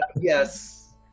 yes